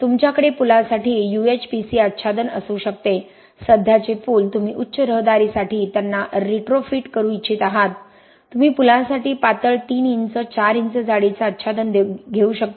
तुमच्याकडे पुलांसाठी UHPC आच्छादन असू शकते सध्याचे पूल तुम्ही उच्च रहदारीसाठी त्यांना रीट्रोफिट करू इच्छित आहात तुम्ही पुलांसाठी पातळ 3 इंच 4 इंच जाडीचा आच्छादन घेऊ शकता